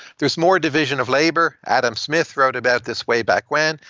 there's more division of labor. adam smith wrote about this way back when.